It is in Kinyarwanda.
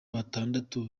batandatu